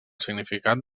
significat